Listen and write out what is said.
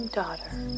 daughter